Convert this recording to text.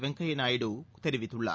வெங்கய்யா நாயுடு தெரிவித்துள்ளார்